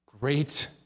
great